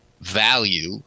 value